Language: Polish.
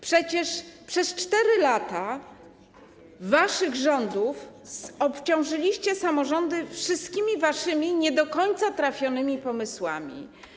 Przecież przez 4 lata waszych rządów obciążyliście samorządy waszymi wszystkimi nie do końca trafionymi pomysłami.